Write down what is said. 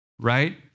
right